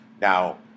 Now